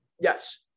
Yes